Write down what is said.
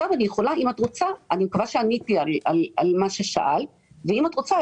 אני מקווה שעניתי על מה ששאלת ואם את רוצה,